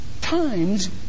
times